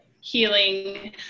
healing